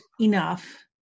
enough